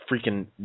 freaking